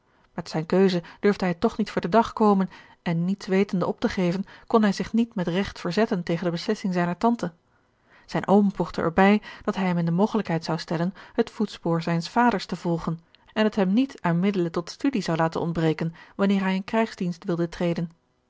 met zijne keuze durfde hij toch niet voor den dag komen en niets wetende op te geven kon hij zich niet met regt verzetten tegen de beslissing zijner tante zijn oom voegde er bij dat hij hem in de mogelijkheid zon stellen het voetspoor zijns vaders te volgen en het hem niet aan middelen tot studie zou laten ontbreken wanneer hij in krijgsdienst wilde treden